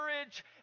courage